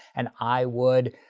and i would